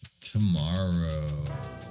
tomorrow